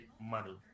money